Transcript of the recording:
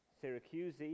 Syracuse